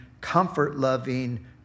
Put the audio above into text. comfort-loving